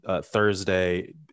Thursday